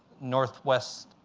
northwest